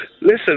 Listen